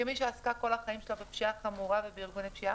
כמי שעסקה כל החיים שלה בפשיעה חמורה ובארגוני פשיעה.